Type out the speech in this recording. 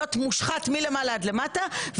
להיות מושחת מלמעלה עד למטה,